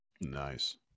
Nice